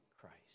Christ